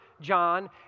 John